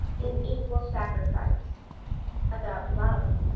in equal sacrifice about love